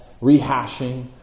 rehashing